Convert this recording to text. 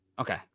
Okay